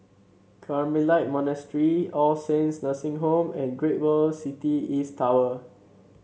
Carmelite Monastery All Saints Nursing Home and Great World City East Tower